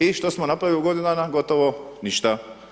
I što smo napravili u godinu dana, gotovo ništa.